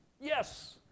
Yes